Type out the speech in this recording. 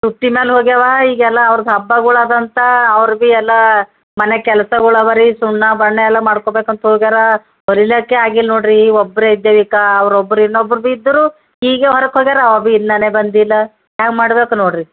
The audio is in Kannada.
ಸುಟ್ಟಿ ಮ್ಯಾಲ ಹೋಗ್ಯಾವ ಈಗೆಲ್ಲ ಅವ್ರ್ದು ಹಬ್ಬಗಳದಂತ ಅವ್ರು ಭೀ ಎಲ್ಲ ಮನೆ ಕೆಲ್ಸಗಳವರಿ ಸುಣ್ಣ ಬಣ್ಣ ಎಲ್ಲ ಮಾಡ್ಕೊಬೇಕಂತ ಹೋಗ್ಯಾರ ಹೊಲಿಲಿಕ್ಕೆ ಆಗಿಲ್ಲ ನೋಡಿರಿ ಒಬ್ಬರೇ ಇದ್ದೀವಿ ಕ ಅವ್ರು ಒಬ್ರು ಇನ್ನೊಬ್ಬರು ಭೀ ಇದ್ದರು ಈಗ ಹೊರ್ಯಕ್ ಹೋಗ್ಯಾರ ಅವ್ರು ಭೀ ಇನ್ನಾನೇ ಬಂದಿಲ್ಲ ಹ್ಯಾಂಗೆ ಮಾಡ್ಬೇಕು ನೋಡಿರಿ